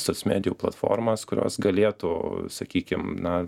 soc medijų platformas kurios galėtų sakykim na